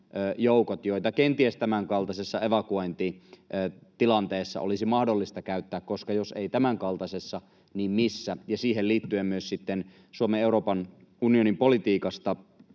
joita kenties tämänkaltaisessa evakuointitilanteessa olisi mahdollista käyttää, koska jos ei tämänkaltaisessa, niin missä? Ja siihen liittyen myös Suomen Euroopan unionin politiikasta